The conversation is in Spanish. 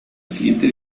siguiente